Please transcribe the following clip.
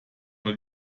und